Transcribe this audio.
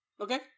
Okay